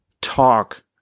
talk